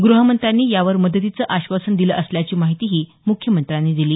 गृहमंत्र्यांनी यावर मदतीचं आश्वासन दिलं असल्याची माहिती मुख्यमंत्र्यांनी दिली